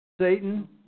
Satan